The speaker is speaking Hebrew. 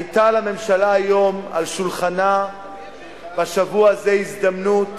היתה לממשלה על שולחנה בשבוע הזה הזדמנות